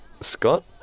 Scott